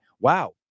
Wow